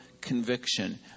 conviction